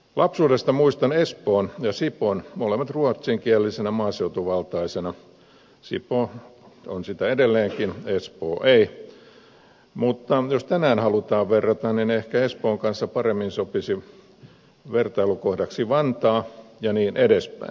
lapsuudesta muistan espoon ja sipoon molemmat ruotsinkielisenä maaseutuvaltaisena sipoo on sitä edelleenkin espoo ei mutta jos tänään halutaan verrata niin ehkä espoon kanssa paremmin sopisi vertailukohdaksi vantaa ja niin edelleen